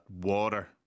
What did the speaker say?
water